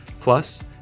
Plus